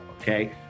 okay